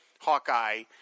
Hawkeye